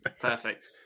Perfect